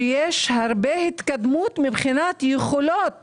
שיש הרבה התקדמות מבחינת יכולות